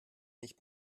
nicht